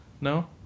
no